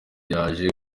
yaje